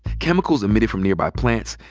chemicals emitted from nearby plants,